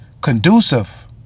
conducive